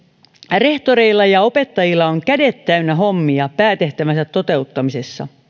rehtoreilla ja opettajilla on kädet täynnä hommia päätehtävänsä toteuttamisessa